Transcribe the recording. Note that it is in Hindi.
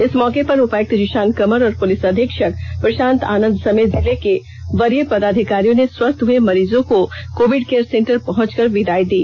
इस मौके पर उपायुक्त जिशान कमर और पुलिस अधीक्षक प्रशांत आनंद समेत जिले के वरीय पदाधिकारियों ने स्वस्थ हुए मरीजों को कोविड केयर सेंटर पहंचकर विदाई दी